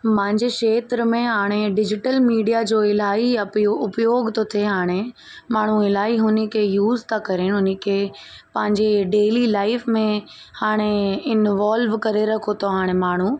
मुंहिंजे खेत्र में हाणे डिजीटल मीडिया जो इलाही अप उपयोग थो थिए हाणे माण्हू इलाही हुन खे यूज़ था करनि उन खे पंहिंजे डेली लाइफ में हाणे इनवोल्व करे रखे थो हाणे माण्हू